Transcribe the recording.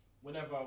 Whenever